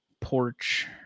porch